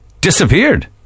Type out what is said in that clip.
disappeared